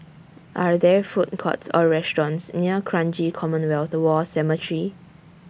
Are There Food Courts Or restaurants near Kranji Commonwealth War Cemetery